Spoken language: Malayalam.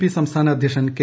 പി സംസ്ഥാന അധ്യക്ഷൻ കെ